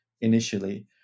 initially